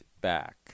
back